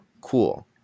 Cool